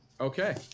Okay